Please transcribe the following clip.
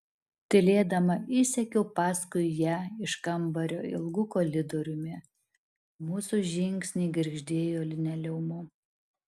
tylėdama išsekiau paskui ją iš kambario ilgu koridoriumi mūsų žingsniai girgždėjo linoleumu